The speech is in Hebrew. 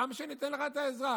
למה שניתן לך את העזרה?